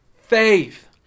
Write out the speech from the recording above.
faith